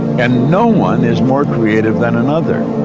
and no one is more creative than another.